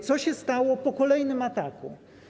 Co się stało po kolejnym ataku?